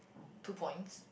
two points